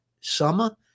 summer